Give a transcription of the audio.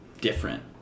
different